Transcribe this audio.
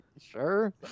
sure